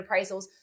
appraisals